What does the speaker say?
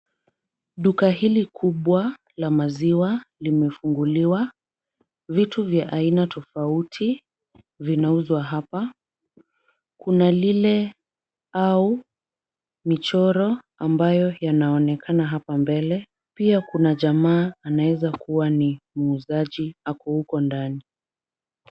Duka hili kubwa la maziwa limefunguliwa, vitu vya aina tofauti vinauzwa hapa. Kuna lile au michoro ambayo yanaonekana hapa mbele. Pia kuna jamaa anaezakua ni muuzaji ako uko ndani.